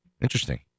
Interesting